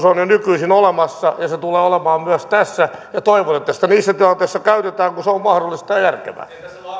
on jo nykyisin olemassa ja se tulee olemaan myös tässä toivon että sitä niissä tilanteissa käytetään kun se on mahdollista ja järkevää